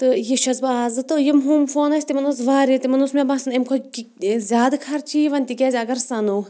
تہٕ یہِ چھس بہٕ آزٕ تہٕ یِم ہُم فون ٲسۍ تِمَن اوس واریاہ تِمَن اوس مےٚ باسَان اَمہِ کھۄتہٕ زیادٕ خرچی یِوَان تِکیازِ اگر سَنو